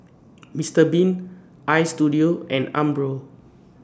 Mister Bean Istudio and Umbro